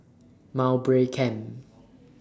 Mowbray Camp